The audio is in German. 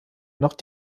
noch